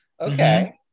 okay